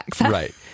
Right